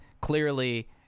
clearly